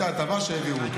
הייתה הטבה שהעבירו.